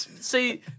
See